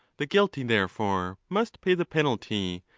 the guilty therefore must pay the penalty,